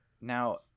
Now